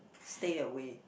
stay away